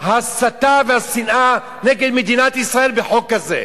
ההסתה והשנאה נגד מדינת ישראל בחוק כזה,